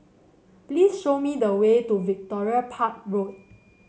please show me the way to Victoria Park Road